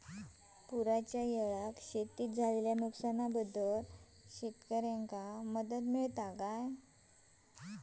पुराच्यायेळी शेतीत झालेल्या नुकसनाबद्दल शेतकऱ्यांका मदत मिळता काय?